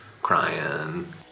Crying